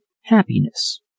happiness